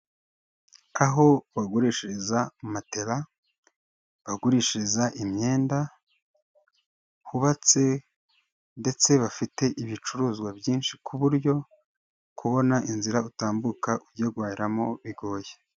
Aho bagurishiriza matera, bagurishiriza imyenda hubatse ndetse bafite ibicuruzwa byinshi ku buryo kubona inzira utambuka ujya guhahiramo bigoye.